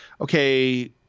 okay –